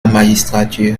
magistrature